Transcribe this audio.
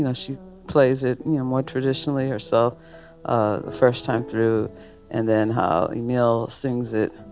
and she plays it you know more traditionally or so ah first time through and then how emile sings it